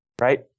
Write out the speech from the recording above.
right